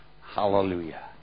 Hallelujah